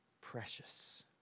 precious